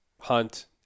hunt